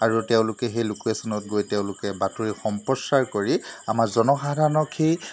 আৰু তেওঁলোকে সেই লোকেশ্যনত গৈ তেওঁলোকে বাতৰি সম্প্ৰচাৰ কৰি আমাৰ জনসাধাৰণক সেই